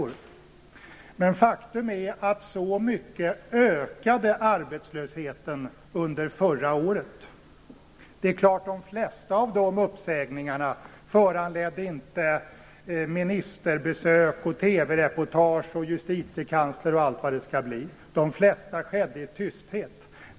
Men faktum är att arbetslösheten ökade så mycket under förra året. De flesta av de uppsägningarna föranledde inte ministerbesök och TV-reportage och justitiekansler och allt vad det skall bli. De flesta skedde i tysthet.